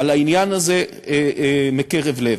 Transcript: על העניין הזה, מקרב לב.